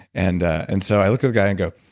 and and so i look at the guy and go,